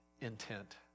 intent